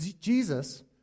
Jesus